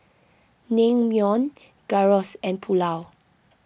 Naengmyeon Gyros and Pulao